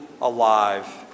alive